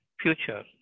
future